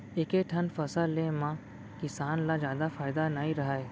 एके ठन फसल ले म किसान ल जादा फायदा नइ रहय